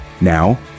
Now